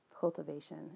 cultivation